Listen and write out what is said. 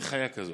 אין חיה כזאת.